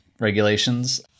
regulations